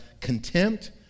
contempt